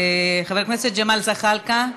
חבר הכנסת ג'מאל זחאלקה,